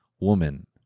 woman